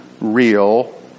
real